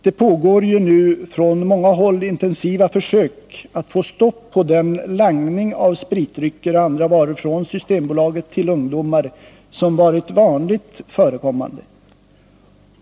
Det pågår ju nu från många håll intensiva försök att få stopp på den langning av spritdrycker och andra varor från Systembolaget till ungdomar som varit vanligt förekommande.